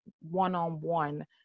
one-on-one